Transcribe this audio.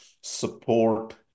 support